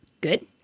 Good